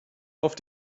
auf